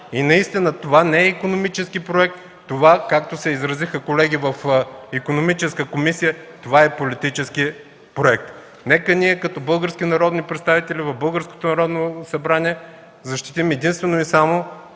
Наистина това не е икономически проект, това, както се изразиха колеги в Икономическата комисия, е политически проект. Нека ние като български народни представители в българското